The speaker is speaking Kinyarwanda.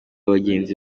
bagenzi